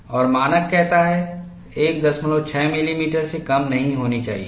और मानक कहता है 16 मिलीमीटर से कम नहीं होना चाहिए